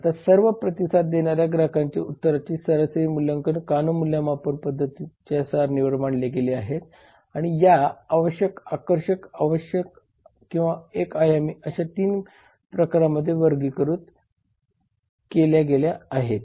आता सर्व प्रतिसाद देणाऱ्या ग्राहकांच्या उत्तराचे सरासरी मूल्य कानो मूल्यमापन सारणीवर मांडले गेले आहेत आणि या आवश्यकता आकर्षक आवश्यक किंवा एक आयामी अशा 3 प्रकारामध्ये वर्गीकृत केल्या गेल्या आहेत